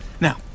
Now